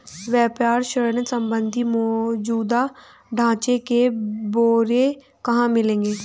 व्यापार ऋण संबंधी मौजूदा ढांचे के ब्यौरे कहाँ मिलेंगे?